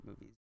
movies